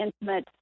intimate